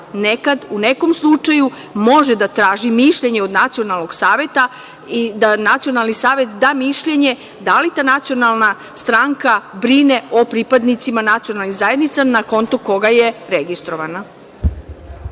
nekad u nekom slučaju može da traži mišljenje od nacionalnog saveta i da nacionalni savet da mišljenje da li ta nacionalna stranka brine o pripadnicima nacionalnih zajednica na kontu koga je registrovana.